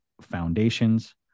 foundations